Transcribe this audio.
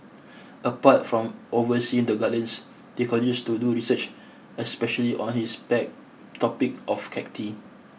apart from overseeing the Gardens he continues to do research especially on his pet topic of cacti